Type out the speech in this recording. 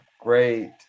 great